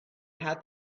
had